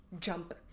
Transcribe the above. jump